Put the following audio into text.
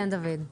כן, דוד.